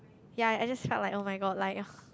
ya I just felt like oh-my-god like